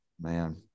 man